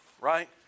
right